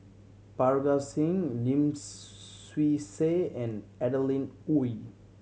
Parga Singh Lim Swee Say and Adeline Ooi